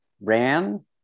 ran